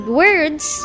words